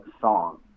song